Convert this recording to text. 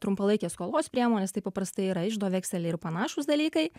trumpalaikės skolos priemonės tai paprastai yra iždo vekseliai ir panašūs dalykai